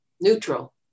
neutral